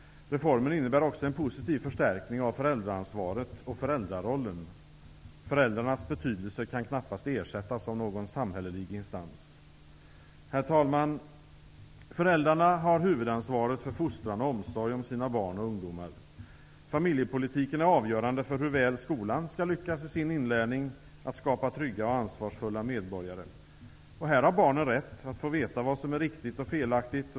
Reformen innebär också en positiv förstärkning av föräldraansvaret och föräldrarollen. Föräldrarnas betydelse kan knappast ersättas av någon samhällelig instans. Herr talman! Föräldrarna har huvudansvaret för fostran och omsorg om sina barn och ungdomar. Familjepolitiken är avgörande för hur väl skolan skall lyckas i sin inlärning att skapa trygga och ansvarsfulla medborgare. Här har barnen rätt att få veta vad som är riktigt och felaktigt.